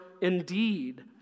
indeed